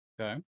Okay